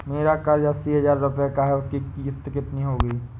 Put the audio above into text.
मेरा कर्ज अस्सी हज़ार रुपये का है उसकी किश्त कितनी होगी?